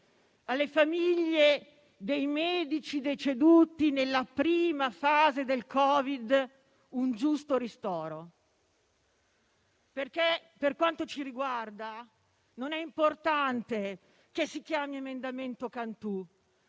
alle famiglie dei medici deceduti nella prima fase del Covid un giusto ristoro. Per quanto ci riguarda, non è importante che si chiami emendamento Cantù